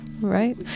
right